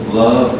love